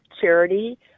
charity